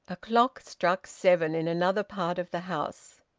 a clock struck seven in another part of the house.